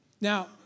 Now